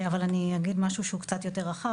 אבל אני אגיד משהו שהוא קצת יותר רחב.